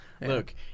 Look